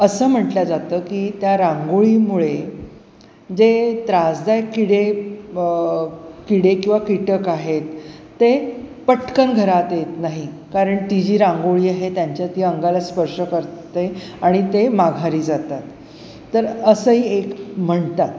असं म्हटलं जातं की त्या रांगोळीमुळे जे त्रासदायक किडे किडे किंवा कीटक आहेत ते पटकन घरात येत नाही कारण ती जी रांगोळी आहे त्यांच्या ती अंगाला स्पर्श करते आणि ते माघारी जातात तर असंही एक म्हणतात